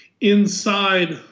inside